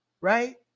right